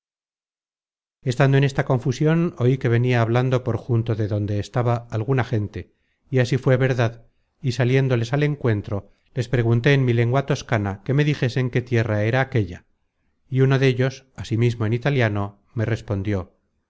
estando en esta confusion oí que venia hablando por junto de donde estaba alguna gente y así fué verdad y saliéndoles al encuentro les pregunté en mi lengua toscana que me dijesen qué tierra era aquella y uno dellos asimismo en italiano me respondió